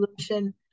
solution